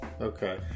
Okay